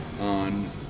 On